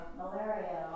malaria